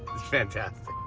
fantastic.